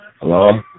Hello